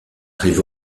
rive